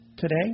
Today